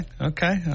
okay